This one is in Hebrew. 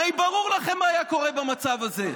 הרי ברור לכם מה היה קורה במצב הזה.